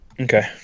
Okay